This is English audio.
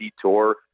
Tour